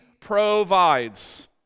provides